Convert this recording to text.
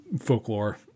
folklore